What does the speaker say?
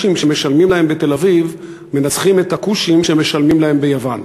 אם הכושים שמשלמים להם בתל-אביב מנצחים את הכושים שמשלמים להם ביוון?